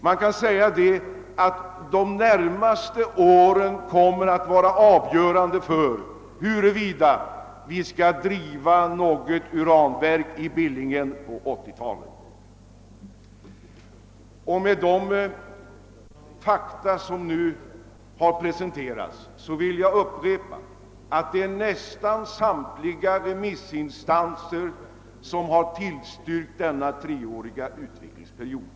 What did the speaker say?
Man kan säga att de närmaste åren kommer att vara avgörande för om vi skall driva något uranverk eller inte på 1980-talet. Som jag förut sagt har nästan samtliga remissinstanser tillstyrkt en treårig utvecklingsperiod.